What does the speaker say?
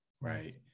Right